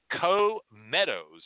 Co-Meadows